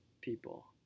people